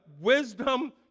wisdom